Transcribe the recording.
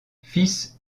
fils